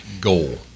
goal